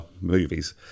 movies